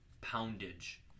poundage